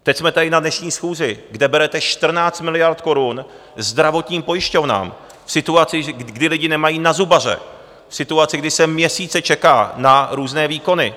Teď jsme tady na dnešní schůzi, kde berete 14 miliard korun zdravotním pojišťovnám v situaci, kdy lidé nemají na zubaře, v situaci, kdy se měsíce čeká na různé výkony.